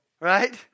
right